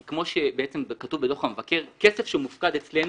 כי כמו שכתוב בדוח המבקר, כסף שמופקד אצלנו,